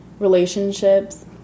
Relationships